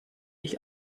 ich